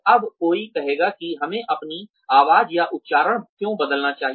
अब कोई कहेगा कि हमें अपनी आवाज़ या उच्चारण क्यों बदलना चाहिए